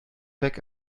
weg